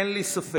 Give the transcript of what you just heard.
אין לי ספק